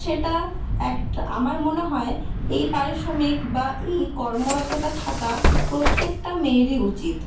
সেটা একটা আমার মনে হয় এই পারিশ্রমিক বা এই কর্মরতটা থাকা প্রত্যেকটা মেয়েরই উচিৎ